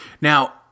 Now